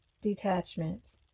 detachment